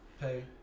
pay